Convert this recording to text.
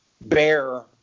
bear